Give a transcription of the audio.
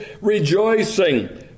rejoicing